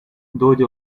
those